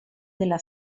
della